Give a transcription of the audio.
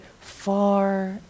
far